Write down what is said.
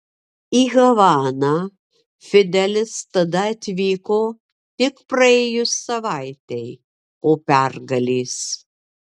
į havaną fidelis tada atvyko tik praėjus savaitei po pergalės